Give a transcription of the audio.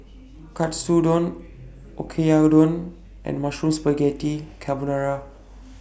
Katsudon and Mushroom Spaghetti Carbonara